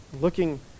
Looking